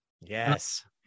Yes